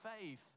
faith